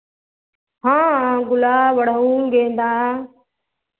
हाँ हाँ गुलाब अड़हुल गेंदा